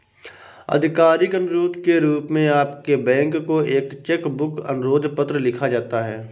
आधिकारिक अनुरोध के रूप में आपके बैंक को एक चेक बुक अनुरोध पत्र लिखा जाता है